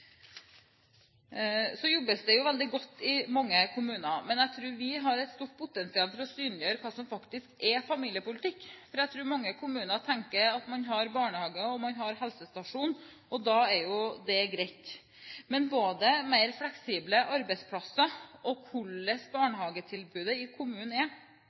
mange kommuner, men jeg tror vi har et stort potensial når det gjelder å synliggjøre hva som faktisk er familiepolitikk. For jeg tror mange kommuner tenker at man har barnehager, og man har helsestasjonen, og da er det greit. Men mer fleksible arbeidsplasser, hvordan barnehagetilbudet i kommunen er,